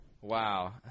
Wow